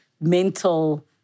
mental